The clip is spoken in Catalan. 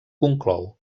conclou